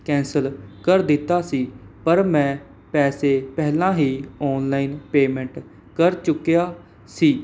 cancel ਕਰ ਦਿੱਤਾ ਸੀ ਪਰ ਮੈਂ ਪੈਸੇ ਪਹਿਲਾਂ ਹੀ ਔਨਲਾਈਨ ਪੇਅਮੈਂਟ ਕਰ ਚੁੱਕਿਆ ਸੀ